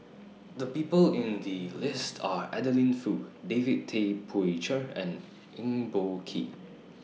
The People included in The list Are Adeline Foo David Tay Poey Cher and Eng Boh Kee